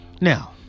Now